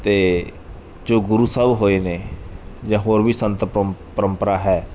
ਅਤੇ ਜੋ ਗੁਰੂ ਸਾਹਿਬ ਹੋਏ ਨੇ ਜਾਂ ਹੋਰ ਵੀ ਸੰਤ ਪਰੰ ਪਰੰਪਰਾ ਹੈ